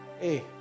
Hey